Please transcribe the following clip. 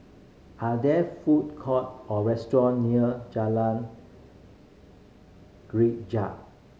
are there food court or restaurant near Jalan Greja